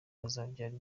azabyara